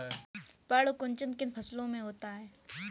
पर्ण कुंचन किन फसलों में होता है?